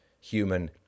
human